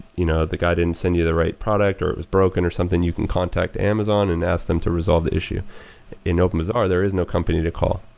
you know the guy didn't send you the right product, or it was broken or something, you contact amazon and ask them to resolve the issue in openbazaar there is no company to call.